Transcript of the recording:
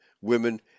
women